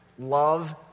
Love